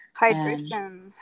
hydration